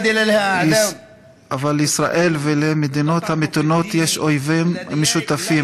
אבל לישראל ולמדינות המתונות יש אויבים משותפים